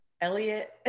Elliot